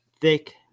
thick